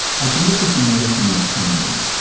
i think it's just noticing the pain.